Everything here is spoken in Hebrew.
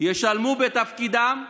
ישלמו בתפקידם,